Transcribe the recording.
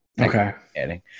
Okay